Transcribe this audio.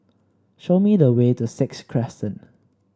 show me the way to Sixth Crescent